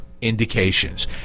indications